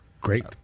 Great